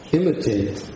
imitate